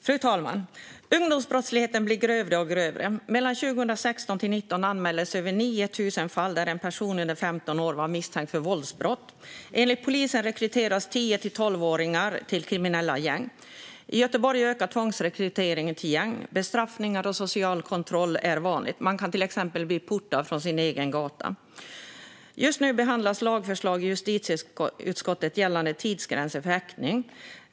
Fru talman! Ungdomsbrottsligheten blir allt grövre. Åren 2016-2019 anmäldes över 9 000 fall där en person under 15 år var misstänkt för våldsbrott. Enligt polisen rekryteras tio till tolvåringar till kriminella gäng. I Göteborg ökar tvångsrekryteringen till gäng. Bestraffningar och social kontroll är vanligt. Man kan till exempel bli portad från sin egen gata. Just nu behandlas lagförslag i justitieutskottet gällande tidsgränser för häktning.